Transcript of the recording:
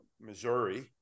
Missouri